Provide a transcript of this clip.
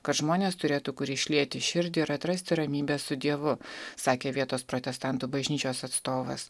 kad žmonės turėtų kur išlieti širdį ir atrasti ramybę su dievu sakė vietos protestantų bažnyčios atstovas